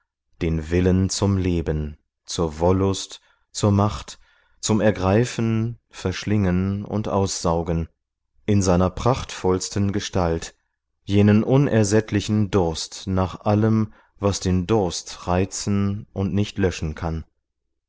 den willen zum leben zur wollust zur macht zum ergreifen verschlingen und aussaugen in seiner prachtvollsten gestalt jenen unersättlichen durst nach allem was den durst reizen und nicht löschen kann